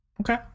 Okay